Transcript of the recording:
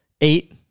eight